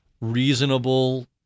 reasonable